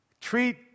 treat